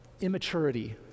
immaturity